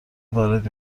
وارد